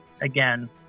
again